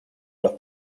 los